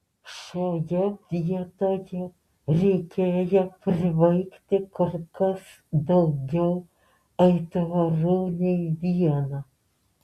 šioje vietoje reikėjo pribaigti kur kas daugiau aitvarų nei vieną